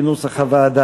התקבל כנוסח הוועדה.